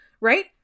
right